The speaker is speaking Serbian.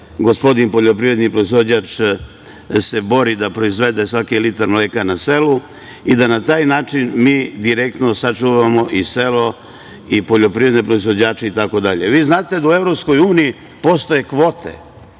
gospodin poljoprivredni proizvođač se bori da proizvede svaki litar mleka na selu i da na taj način mi direktno sačuvamo i selo i poljoprivredne proizvođače i tako dalje. Vi znate da u Evropskoj uniji